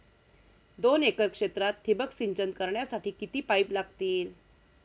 दोन एकर क्षेत्रात ठिबक सिंचन करण्यासाठी किती पाईप लागतील?